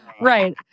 Right